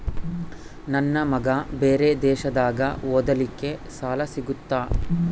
ನನ್ನ ಮಗ ಬೇರೆ ದೇಶದಾಗ ಓದಲಿಕ್ಕೆ ಸಾಲ ಸಿಗುತ್ತಾ?